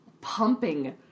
pumping